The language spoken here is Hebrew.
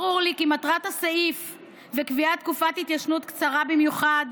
ברור לי כי מטרת הסעיף וקביעת תקופת התיישנות קצרה במיוחד